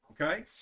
Okay